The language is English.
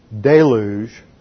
deluge